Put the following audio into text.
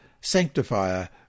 sanctifier